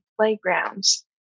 playgrounds